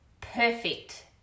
perfect